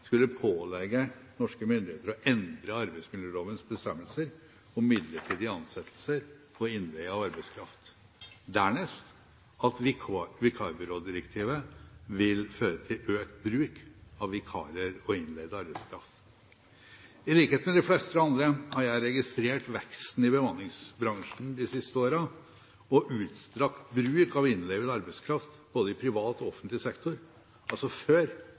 skulle pålegge norske myndigheter å endre arbeidsmiljølovens bestemmelser om midlertidig ansettelse på innleie av arbeidskraft, dernest at vikarbyrådirektivet vil føre til økt bruk av vikarer og innleid arbeidskraft. I likhet med de fleste andre har jeg registrert veksten i bemanningsbransjen de siste årene og utstrakt bruk av innleid arbeidskraft både i privat og offentlig sektor, altså før